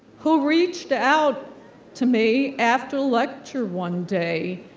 who reached out to me after lecture one day,